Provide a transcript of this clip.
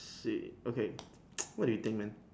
shit okay what do you think man